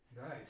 Nice